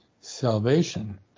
salvation